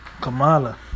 Kamala